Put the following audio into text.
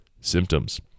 symptoms